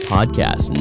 Podcast